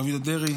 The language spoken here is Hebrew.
הרב יהודה דרעי,